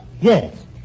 Yes